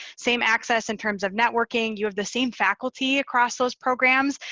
same access in terms of networking. you have the same faculty across those programs.